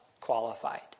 qualified